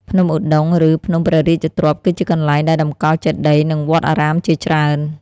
ភ្នំឧដុង្គ ឬ ភ្នំព្រះរាជទ្រព្យ គឺជាកន្លែងដែលតម្កល់ចេតិយនិងវត្តអារាមជាច្រើន។